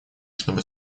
чтобы